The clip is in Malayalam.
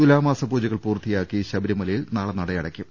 തുലാമാസ പൂജകൾ പൂർത്തിയാക്കി ശബരിമലയിൽ നാളെ നട അടയ്ക്കും